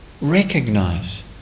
recognize